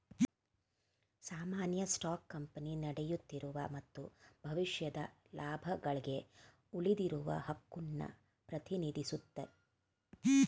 ಸಾಮಾನ್ಯ stock company ನಡೆಯುತ್ತಿರುವ ಮತ್ತು ಭವಿಷ್ಯದ ಲಾಭಗಳ್ಗೆ ಉಳಿದಿರುವ ಹಕ್ಕುನ್ನ ಪ್ರತಿನಿಧಿಸುತ್ತೆ